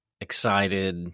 excited